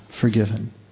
forgiven